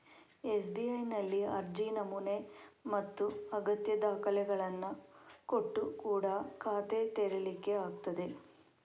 ಎಸ್.ಬಿ.ಐನಲ್ಲಿ ಅರ್ಜಿ ನಮೂನೆ ಮತ್ತೆ ಅಗತ್ಯ ದಾಖಲೆಗಳನ್ನ ಕೊಟ್ಟು ಕೂಡಾ ಖಾತೆ ತೆರೀಲಿಕ್ಕೆ ಆಗ್ತದೆ